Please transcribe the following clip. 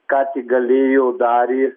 ką tik galėjo darė